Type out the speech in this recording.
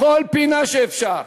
בכל פינה שאפשר,